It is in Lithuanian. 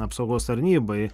apsaugos tarnybai